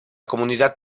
comunidad